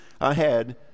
ahead